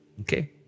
Okay